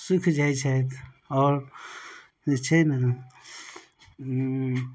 सुखि जाइ छथि आओर जे छै ने